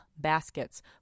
baskets